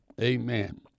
Amen